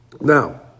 Now